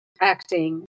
acting